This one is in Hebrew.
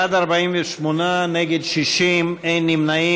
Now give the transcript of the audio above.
בעד, 48, נגד, 60, אין נמנעים.